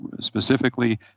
specifically